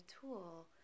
tool